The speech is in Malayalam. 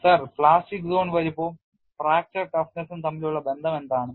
സർ പ്ലാസ്റ്റിക് സോൺ വലുപ്പവും ഫ്രാക്ചർ ടഫ്നെസ്സും തമ്മിലുള്ള ബന്ധം എന്താണ്